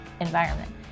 environment